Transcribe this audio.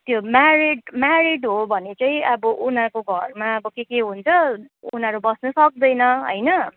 त्यो married married हो भने चाहिँ अब उनीहरूको घरमा अब के के हुन्छ उनीहरू बस्नु सक्दैन होइन